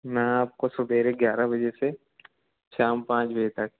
मैं आपको सवेरे ग्यारह बजे से शाम पाँच बजे तक